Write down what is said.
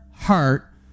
heart